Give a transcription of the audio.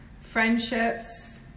friendships